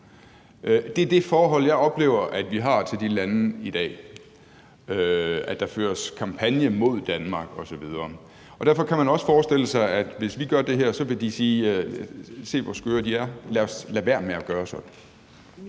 Det er det forhold, jeg oplever at vi har til de lande i dag; at der føres kampagne mod Danmark osv. Og derfor kan man også forestille sig, at hvis vi gør det her, vil de sige: Se, hvor skøre de er, lad os lade være med at gøre sådan.